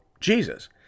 Jesus